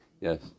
yes